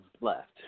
left